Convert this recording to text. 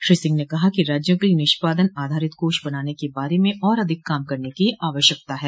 श्री सिंह ने कहा कि राज्यों के लिए निष्पादन आधारित कोष बनाने के बारे में और अधिक काम करने की आवश्यकता है